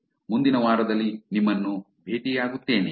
ಮುಂದಿನ ವಾರದಲ್ಲಿ ನಿಮ್ಮನ್ನು ಭೇಟಿಯಾಗುತ್ತೇನೆ